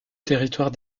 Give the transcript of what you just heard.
territoire